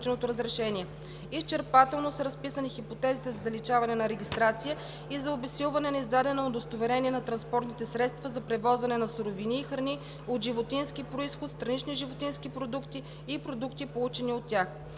Изчерпателно са разписани хипотезите за заличаване на регистрация и за обезсилване на издадено удостоверение на транспортните средства за превозване на суровини и храни от животински произход, странични животински продукти и продукти, получени от тях.